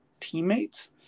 teammates